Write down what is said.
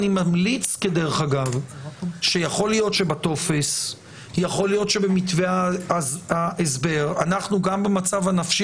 אני ממליץ שיכול להיות שבטופס ובמתווה ההסבר גם במצב הנפשי